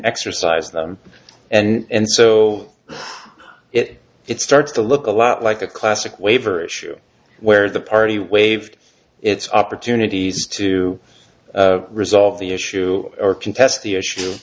exercise them and so it it starts to look a lot like the classic waiver issue where the party waived its opportunities to resolve the issue or contest the issue